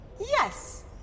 Yes